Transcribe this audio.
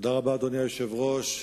אדוני היושב-ראש,